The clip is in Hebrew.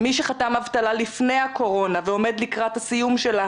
מי שחתם אבטלה לפני הקורונה ועומד לקראת הסיום שלה,